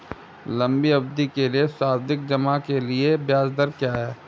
लंबी अवधि के सावधि जमा के लिए ब्याज दर क्या है?